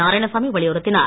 நாராயணசாமி வலியுறுத்தினார்